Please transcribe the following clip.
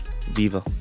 Viva